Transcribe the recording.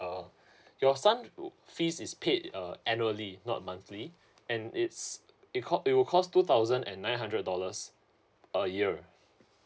uh your son wo~ fees is paid uh annually not monthly and it's it cost it will cost two thousand and nine hundred dollars a year